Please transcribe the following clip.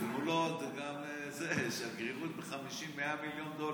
גם שגרירות ב-50, 100 מיליון דולר.